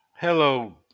Hello